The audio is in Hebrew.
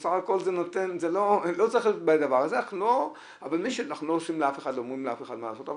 אז בסך הכול לא צריך להיות --- אנחנו לא אומרים לאף אחד מה לעשות,